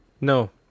no